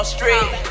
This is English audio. Street